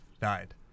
died